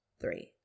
Three